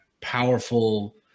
powerful